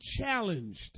challenged